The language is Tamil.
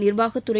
நிர்வாகத்துறை